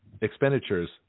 expenditures